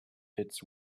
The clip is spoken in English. fits